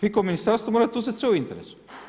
Vi kao ministarstvo morate uzeti sve u interes.